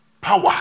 power